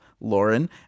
Lauren